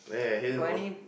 got any